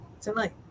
tonight